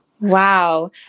Wow